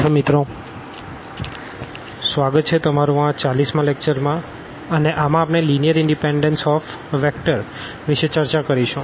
તો સ્વાગત છે તમારું આ 40 માં લેકચર માં અને આમાં આપણે લીનીઅર ઇનડીપેનડન્સ ઓફ વેક્ટર વિષે ચર્ચા કરીશું